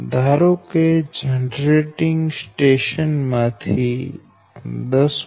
ધારો કે generating station માંથી 10